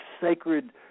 sacred